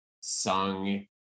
sung